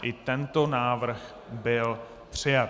I tento návrh byl přijat.